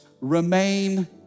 remain